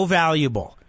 valuable